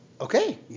okay